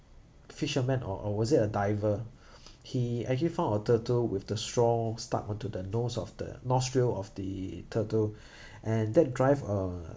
fisherman or or was it a diver he actually found a turtle with the straw stuck onto the nose of the nostril of the turtle and that drive uh